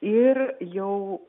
ir jau